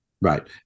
right